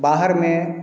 बाहर में